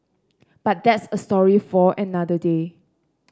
but that's a story for another day